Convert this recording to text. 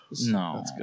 No